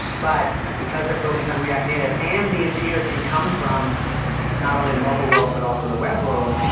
but because they're focus on react native and the engineers can come from not only the mobile world, but also the web world,